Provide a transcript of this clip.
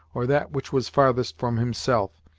or that which was farthest from himself,